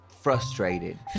frustrated